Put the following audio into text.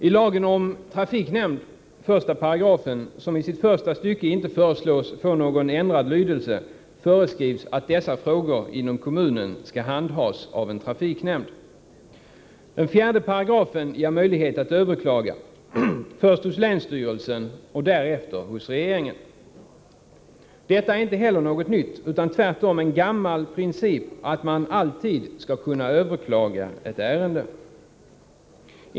I trafiknämndslagens 1§ — vars första stycke inte föreslås få någon ändrad lydelse — föreskrivs att frågorna om boendeoch nyttoparkering inom kommunen skall handhas av en trafiknämnd. I 4§ ges möjlighet att överklaga trafiknämndens beslut, först hos länsstyrelsen och därefter hos regeringen. Detta är inget nytt. Tvärtom är det en gammal princip att man alltid skall kunna överklaga beslutet i ett ärende.